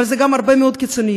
אבל זה גם הרבה מאוד קיצוניות,